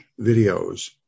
videos